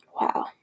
Wow